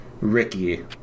Ricky